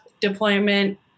deployment